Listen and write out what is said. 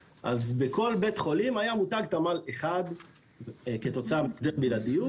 בכל בית חולים היה מותג תמ"ל אחד כתוצאה מבלעדיות,